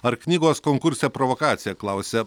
ar knygos konkurse provokacija klausia